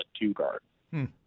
two-guard